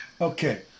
Okay